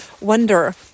wonder